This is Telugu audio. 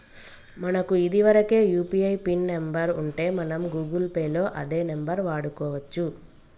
మనకు ఇదివరకే యూ.పీ.ఐ పిన్ నెంబర్ ఉంటే మనం గూగుల్ పే లో అదే నెంబర్ వాడుకోవచ్చు